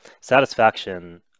satisfaction